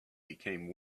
became